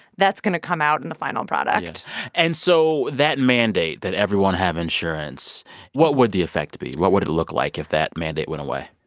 that's going to come out in the final product and so that mandate that everyone have insurance what would the effect be? what would it look like if that mandate went away?